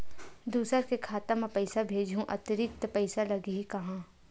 दूसरा के खाता म पईसा भेजहूँ अतिरिक्त पईसा लगही का?